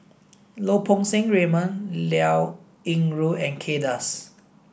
Lau Poo Seng Raymond Liao Yingru and Kay Das